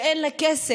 ואין לה כסף